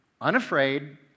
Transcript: unafraid